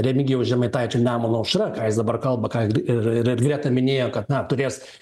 remigijaus žemaitaičio nemuno aušra ką jis dabar kalba ką ir ir ir greta minėjo kad na turės